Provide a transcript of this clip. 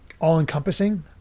all-encompassing